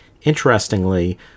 Interestingly